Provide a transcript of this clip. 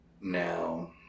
Now